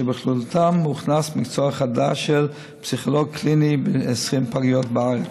שבכללותם הוכנס מקצוע חדש של פסיכולוג קליני ב-20 פגיות בארץ.